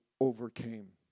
overcame